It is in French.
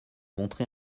montré